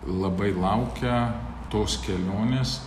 labai laukia tos kelionės